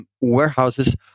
warehouses